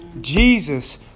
Jesus